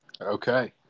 okay